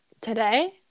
today